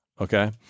Okay